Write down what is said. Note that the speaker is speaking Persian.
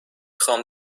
خوام